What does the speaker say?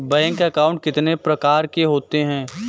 Bank account कितने प्रकार के होते हैं?